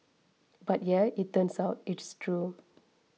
but yeah it turns out it's true